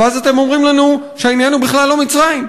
ואז אתם אומרים לנו שהעניין הוא בכלל לא מצרים.